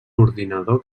ordinador